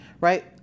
right